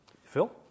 Phil